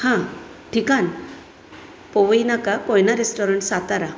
हां ठिकाण पोवई नाका कोयना रेस्टॉरंट सातारा